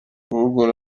guhugura